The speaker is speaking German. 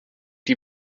die